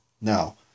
now